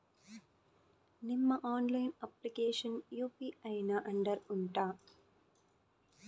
ನಿಮ್ಮ online application UPI ನ under ಉಂಟಾ